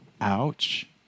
Ouch